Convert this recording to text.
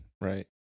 Right